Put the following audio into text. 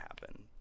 happen